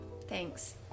Thanks